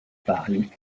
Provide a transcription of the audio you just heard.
paris